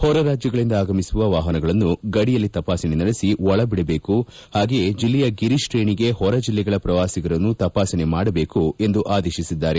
ಹೊರ ರಾಜ್ಯಗಳಿಂದ ಆಗಮಿಸುವ ವಾಪನಗಳನ್ನು ಗಡಿಯಲ್ಲಿ ತಪಾಸಣೆ ನಡೆಸಿ ಒಳ ಬಿಡಬೇಕು ಹಾಗೆಯೇ ಜಿಲ್ಲೆಯ ಗಿರಿ ಕ್ರೇಣಿಗೆ ಹೊರ ಜಿಲ್ಲೆಗಳ ಪ್ರವಾಸಿಗರನ್ನು ತಪಾಸಣೆ ಮಾಡಬೇಕು ಎಂದು ಆದೇಶಿಸಿದ್ದಾರೆ